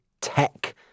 tech